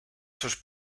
sus